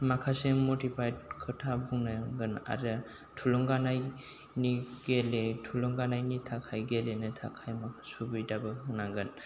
माखासे मथिबेट खोथा बुंनायगोन आरो थुलुंगानायनि थाखाय गेलेनो थाखाय माखा सुबिदाबो होनांगोन